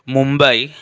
Mumbai